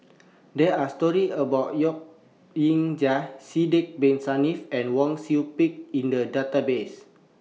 There Are stories about Yok Ying Jang Sidek Bin Saniff and Wang Sui Pick in The Database